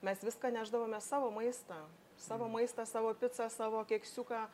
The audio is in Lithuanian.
mes viską nešdavome savo maistą savo maistą savo picą savo keksiuką